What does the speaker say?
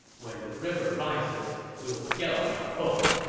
when the river rises, we will get on our boats,